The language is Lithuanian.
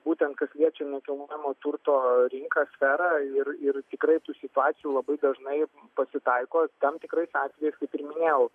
būtent kas liečia nekilnojamojo turto rinką sferą ir ir tikrai tų situacijų labai dažnai pasitaiko tam tikrais atvejais kaip ir minėjau